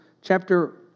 chapter